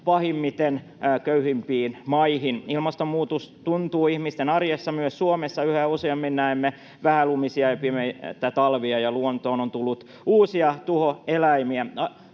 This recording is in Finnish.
pahimmiten köyhimpiin maihin. Ilmastonmuutos tuntuu ihmisten arjessa myös Suomessa. Yhä useammin näemme vähälumisia ja pimeitä talvia, ja luontoon on tullut uusia tuhoeläimiä.